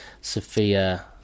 sophia